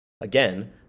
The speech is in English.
Again